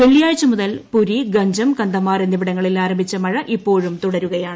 വെള്ളിയാഴ്ച മുതൽ പുരി ഗഞ്ചം കന്തമാർ എന്നിവിടങ്ങളിൽ ആരംഭിച്ച മഴ ഇപ്പോഴും തുടരുകയാണ്